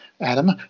Adam